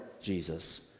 Jesus